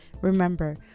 remember